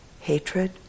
hatred